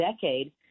decade